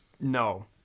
No